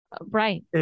Right